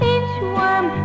Inchworm